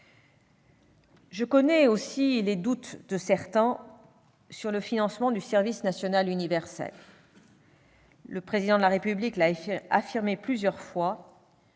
Je connais aussi les doutes de certains sur le financement du service national universel. Le Président de la République l'a affirmé plusieurs fois